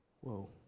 Whoa